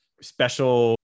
special